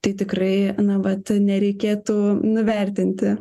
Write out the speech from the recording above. tai tikrai na vat nereikėtų nuvertinti